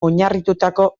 oinarritutako